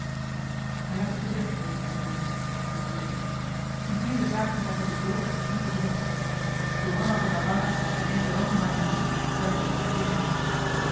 gij hebt het gezegd mijnheer van bethune antwoordde diederik ziehier de zaak die mij tot de dood toe bedroeft johanna van navarra en enguerrand de marigny zijn te compiègne